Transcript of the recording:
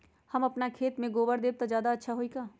हम अपना खेत में गोबर देब त ज्यादा अच्छा होई का?